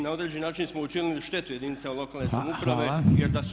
Na određeni način smo učinili štetu jedinicama lokalne samouprave jer da su